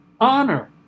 honor